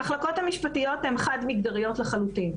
המחלקות המשפטיות הן חד-מגדריות לחלוטין.